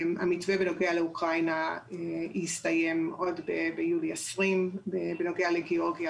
המתווה בנוגע לאוקראינה הסתיים ביולי 2020. בנוגע לגיאורגיה,